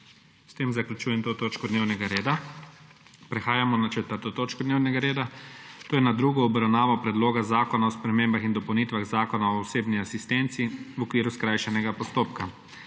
S tem zaključujem to točko dnevnega reda. **Nadaljujemo s prekinjeno 4. točko dnevnega reda, to je z drugo obravnavo Predloga zakona o spremembah in dopolnitvah Zakona o osebni asistenci v okviru skrajšanega postopka.**